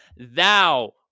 Thou